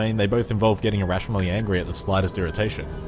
i mean they both involve getting irrationally angry at the slightest irritation,